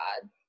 god